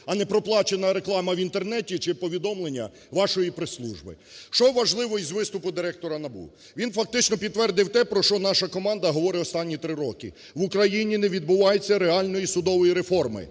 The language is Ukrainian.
а не проплачена реклама в Інтернеті чи повідомлення вашої прес-служби. Що важливо із виступу директора НАБУ? Він, фактично, підтвердив те, про що наша команда говорить останні три роки: в Україні не відбувається реальної судової реформи,